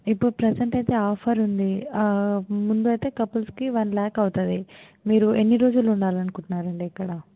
ఇప్పుడు ప్రజెంట్ అయితే ఆఫర్ ఉంది ముందు అయితే కపుల్స్కి వన్ లాక్ అవుతుంది మీరు ఎన్ని రోజులు ఉండాలి అనుకుంటున్నారండి ఇక్కడ